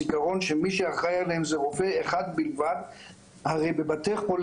אבל צריך לזכור שהפערים במערכת בהרבה תחומים